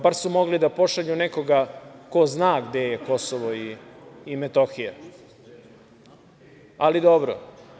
Bar su mogli da pošalju nekoga ko zna gde je Kosovo i Metohija, ali dobro.